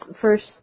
first